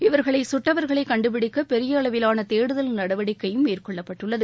இவர்களை சுட்டவர்களை கண்டுபிடிக்க அளவிலான தேடுதல்நடவடிக்கை பெரிய மேற்கொள்ளப்பட்டுள்ளது